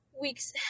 week's